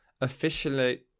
officially